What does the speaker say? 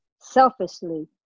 selfishly